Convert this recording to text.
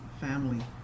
family